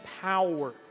power